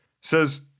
says